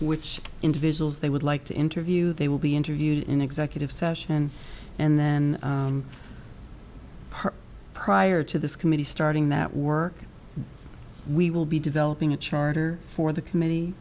which individuals they would like to interview they will be interviewed in executive session and then prior to this committee starting that work we will be developing a charter for the committee